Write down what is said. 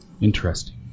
Interesting